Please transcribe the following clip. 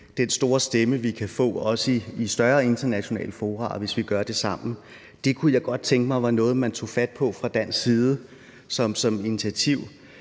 den store stemme, vi kan få, også i større internationale fora, hvis vi gør det sammen. Det kunne jeg godt tænke mig var noget, man tog fat på fra dansk side som et initiativ,